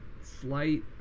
slight